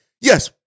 yes